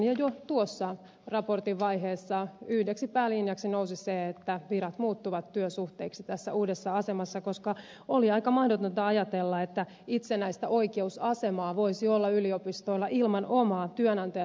jo tuossa raportin vaiheessa yhdeksi päälinjaksi nousi se että virat muuttuvat työsuhteiksi tässä uudessa asemassa koska oli aika mahdotonta ajatella että itsenäistä oikeusasemaa voisi olla yliopistoilla ilman omaa työnantaja tai henkilöstöpolitiikkaa